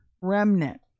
remnant